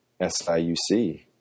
SIUC